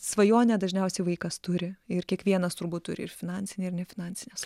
svajonę dažniausiai vaikas turi ir kiekvienas turbūt turi ir finansinį ir nefinansines